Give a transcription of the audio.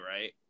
right